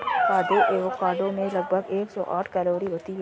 आधे एवोकाडो में लगभग एक सौ साठ कैलोरी होती है